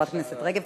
חברת הכנסת רגב,